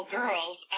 girls